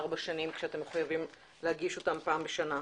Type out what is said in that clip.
ארבע שנים, כשאתם מחויבים להגיש אותם פעם בשנה.